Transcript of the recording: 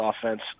offense